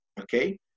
Okay